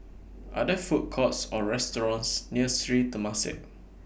Are There Food Courts Or restaurants near Sri Temasek